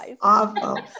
awful